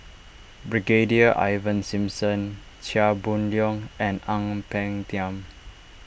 Brigadier Ivan Simson Chia Boon Leong and Ang Peng Tiam